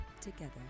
together